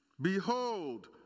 behold